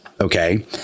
okay